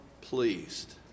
pleased